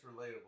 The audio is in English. relatable